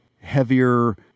heavier